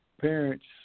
parents